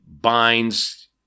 binds